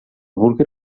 vulgui